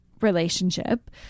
relationship